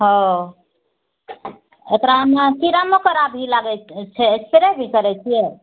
ओ ओकरामे कीड़ा मकोड़ा भी लगै छै स्प्रे भी करै छिऐ